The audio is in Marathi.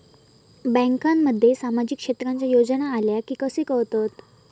बँकांमध्ये सामाजिक क्षेत्रांच्या योजना आल्या की कसे कळतत?